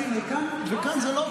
תודה.